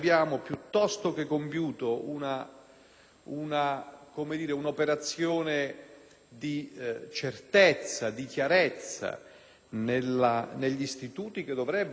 di certezza e di chiarezza negli istituti che dovrebbero affrontare il tema generale della legalità nel nostro Paese, abbiamo